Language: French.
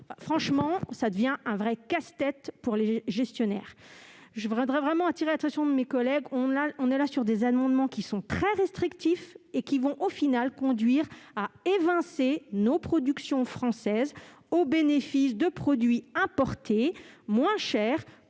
Franchement, cela devient un vrai casse-tête pour les gestionnaires ! Je voudrais vraiment appeler l'attention de mes collègues sur le fait que ces amendements sont très restrictifs : leur adoption conduirait, au final, à évincer nos productions françaises, au bénéfice de produits importés moins chers